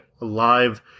alive